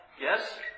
yes